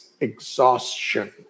exhaustion